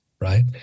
right